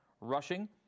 rushing